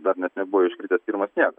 dar net nebuvo iškritęs pirmas snieg